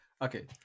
Okay